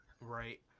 Right